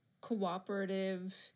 cooperative